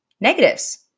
negatives